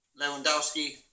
Lewandowski